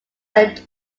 are